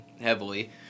heavily